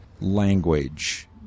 language